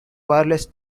wireless